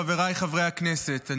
חבריי חברי הכנסת,